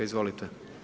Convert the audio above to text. Izvolite.